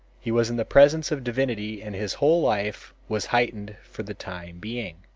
he was in the presence of divinity and his whole life was heightened for the time being.